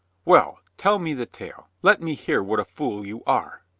well, tell me the tale. let me hear what a fool you are.